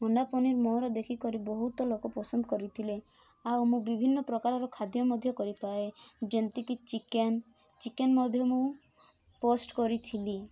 ଅଣ୍ଡା ପନିର ମୋର ଦେଖିକରି ବହୁତ ଲୋକ ପସନ୍ଦ କରିଥିଲେ ଆଉ ମୁଁ ବିଭିନ୍ନ ପ୍ରକାରର ଖାଦ୍ୟ ମଧ୍ୟ କରିପାରେ ଯେମିତି କି ଚିକେନ ଚିକେନ ମଧ୍ୟ ମୁଁ ପୋଷ୍ଟ କରିଥିଲି